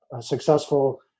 successful